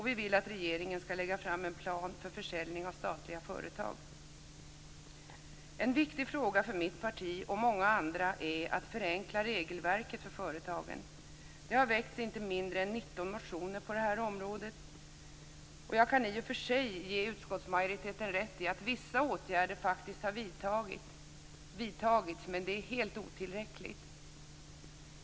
Vi vill att regeringen skall lägga fram en plan för försäljning av statliga företag. En viktig fråga för mitt parti och många andra är att förenkla regelverken för företagen. Det har väckts inte mindre än 19 motioner på detta område, och jag kan i och för sig ge utskottsmajoriteten rätt i att vissa åtgärder faktiskt har vidtagits. Men det är helt otillräckligt.